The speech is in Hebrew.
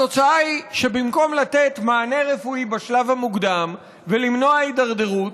התוצאה היא שבמקום לתת מענה רפואי בשלב המוקדם ולמנוע הידרדרות,